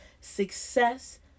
success